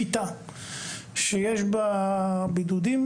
כיתה שיש בה בידודים,